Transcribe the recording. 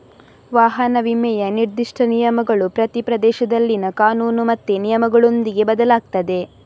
ವಾಹನ ವಿಮೆಯ ನಿರ್ದಿಷ್ಟ ನಿಯಮಗಳು ಪ್ರತಿ ಪ್ರದೇಶದಲ್ಲಿನ ಕಾನೂನು ಮತ್ತೆ ನಿಯಮಗಳೊಂದಿಗೆ ಬದಲಾಗ್ತದೆ